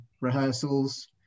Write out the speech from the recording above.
rehearsals